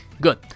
Good